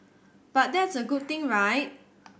but that's a good thing right